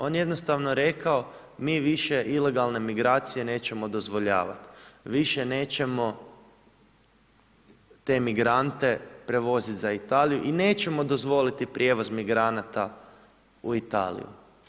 On je jednostavno rekao, mi više ilegalne migracije nećemo dozvoljavati, više nećemo te migrante prevozit za Italiju i nećemo dozvoliti prijevoz migranata u Italiju.